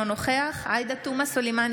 אינו נוכח עאידה תומא סלימאן,